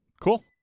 cool